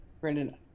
Brandon